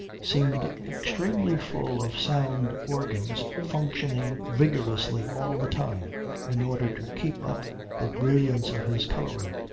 seemed extremely full of sound organs functioning vigorously all the time in order to keep up the brilliance of his colouring,